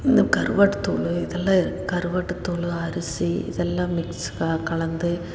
இந்த கருவாட்டு தூள் இதெல்லாம் க கருவாட்டு தூள் அரிசி இதெல்லாம் மிக்ஸ் க கலந்து